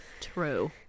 True